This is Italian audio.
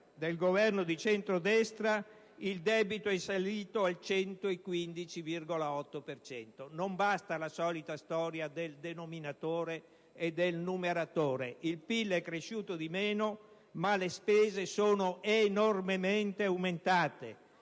del Governo di centrodestra, il debito è salito a 115,8 per cento. Non basta la solita storia del denominatore e del numeratore: il PIL è sceso, ma le spese sono enormemente aumentate.